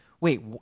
wait